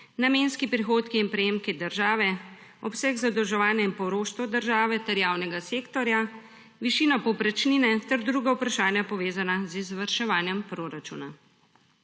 namenski prihodki in prejemki države, obseg zadolževanja in poroštvo države ter javnega sektorja, višina povprečnine ter druga vprašanja, povezana z izvrševanjem proračuna.